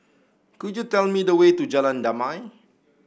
could you tell me the way to Jalan Damai